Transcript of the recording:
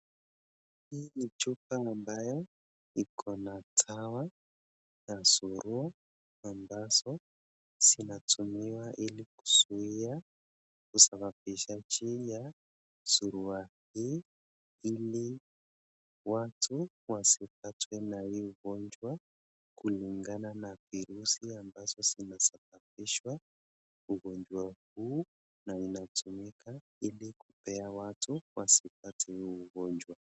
Ni chupa ambayo Iko na dawa ya surua ambazo zinatumiwa Ili kuzuia usababishaji wa surua hii hili watu wasipatwe na hili ugojwa kulingana na virusi vinavyosababishwa ugojwa huu na inatumika kupea watu wasipate hii ugojwa.